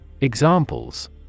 Examples